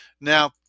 Now